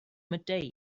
midday